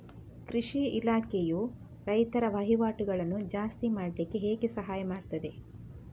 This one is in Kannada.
ಕೃಷಿ ಇಲಾಖೆಯು ರೈತರ ವಹಿವಾಟುಗಳನ್ನು ಜಾಸ್ತಿ ಮಾಡ್ಲಿಕ್ಕೆ ಹೇಗೆ ಸಹಾಯ ಮಾಡ್ತದೆ?